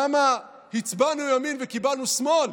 למה הצבענו ימין וקיבלנו שמאל?